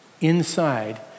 Inside